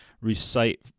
recite